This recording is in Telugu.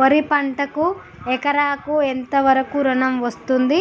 వరి పంటకు ఎకరాకు ఎంత వరకు ఋణం వస్తుంది